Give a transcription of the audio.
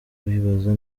bibaza